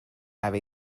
have